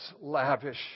lavish